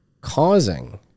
causing